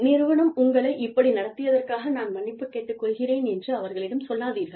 நிறுவனம் உங்களை இப்படி நடத்தியதற்காக நான் மன்னிப்பு கேட்டுக் கொள்கிறேன் என்று அவர்களிடம் சொல்லாதீர்கள்